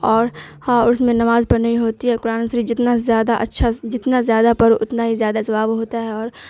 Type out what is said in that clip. اور ہاں اور اس میں نماز پرھنی ہوتی ہے قرآن شریف جتنا زیادہ اچھا جتنا زیادہ پڑھو اتنا ہی زیادہ ثواب ہوتا ہے اور